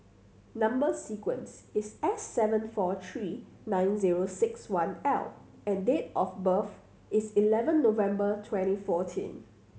number sequence is S seven four three nine zero six one L and date of birth is eleven November twenty fourteen